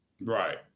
right